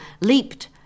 leaped